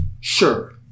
Sure